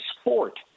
sport